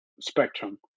spectrum